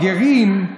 הגרים,